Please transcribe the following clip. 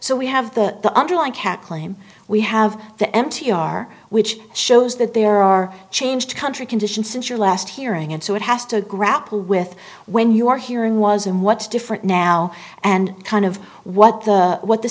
so we have the underlying cat claim we have the m t r which shows that there are changed country conditions since your last hearing and so it has to grapple with when your hearing was and what's different now and kind of what the what the